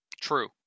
true